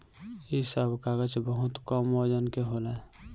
इ सब कागज बहुत कम वजन के होला